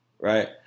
Right